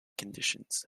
conditions